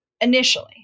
initially